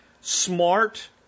smart